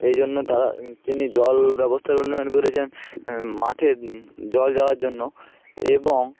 এই জন্য তারা তিনি জল ব্যবস্থার উন্নয়ন করেছেন মাঠে জল যাওয়ার জন্য এবং